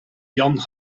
jan